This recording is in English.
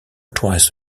twice